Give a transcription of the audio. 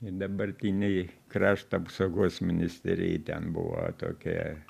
ir dabartinėj krašto apsaugos ministerijoj ten buvo tokie